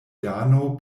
dano